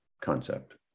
concept